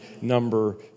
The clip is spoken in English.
number